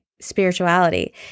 spirituality